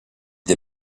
des